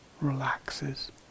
relaxes